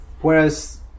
whereas